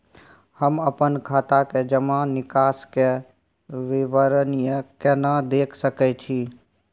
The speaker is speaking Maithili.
हम अपन खाता के जमा निकास के विवरणी केना देख सकै छी?